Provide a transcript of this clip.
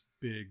big